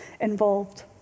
involved